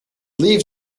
leave